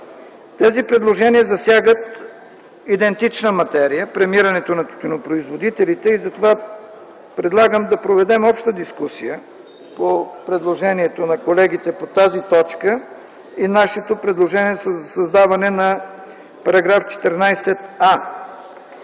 Тези предложения засягат идентична материя – премирането на тютюнопроизводителите, и затова предлагам да проведем обща дискусия по предложението на колегите по тази точка и нашето предложение за създаване на § 14а.